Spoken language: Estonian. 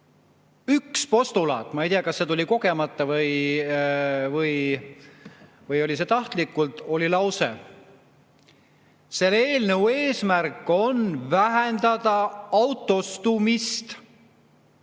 tema postulaat – ma ei tea, kas see tuli kogemata või tahtlikult – oli lause "Selle eelnõu eesmärk on vähendada autostumist".